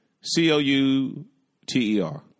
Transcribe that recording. C-O-U-T-E-R